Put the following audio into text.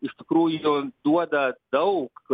iš tikrųjų duoda daug